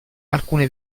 alcune